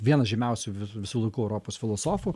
vienas žymiausių vi visų laikų europos filosofų